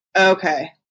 okay